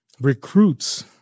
recruits